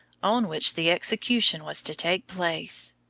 on which the execution was to take place.